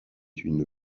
une